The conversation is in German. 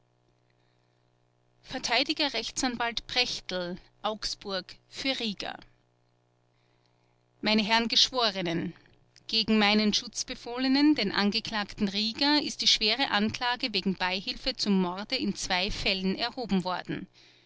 verteidiger rechtsanwalt prechtl augsburg für rieger meine herren geschworenen gegen meinen schutzbefohlenen den angeklagten rieger ist die schwere anklage wegen beihilfe zum morde in zwei fällen erhoben worden